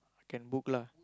can book lah